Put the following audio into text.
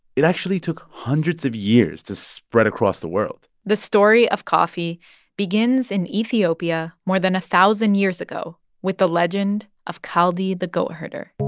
it actually took hundreds of years to spread across the world the story of coffee begins in ethiopia more than a thousand years ago with the legend of kaldi the goatherder